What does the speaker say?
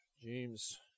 James